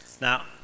Now